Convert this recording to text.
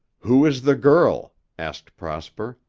who is the girl? asked prosper.